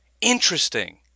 Interesting